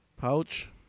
Pouch